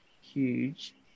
huge